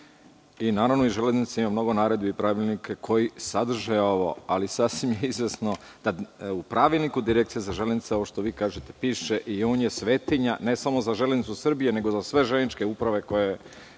i sama železnica, ima svoje pravilnike i naredbe koji sadrže ovo, ali sasvim je izvesno da u pravilniku Direkcije za železnicu, ovo što vi kažete piše i on je svetinja, ne samo za „Železnicu“ Srbije, nego za sve železničke uprave koje